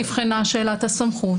נבחנה שאלת הסמכות,